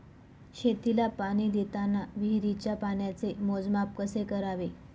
शेतीला पाणी देताना विहिरीच्या पाण्याचे मोजमाप कसे करावे?